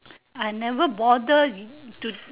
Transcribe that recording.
I never bother to